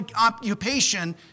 occupation